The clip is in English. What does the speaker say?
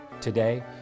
Today